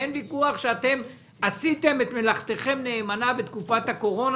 אין ויכוח שעשיתם מלאכתכם נאמנה בתקופת הקורונה.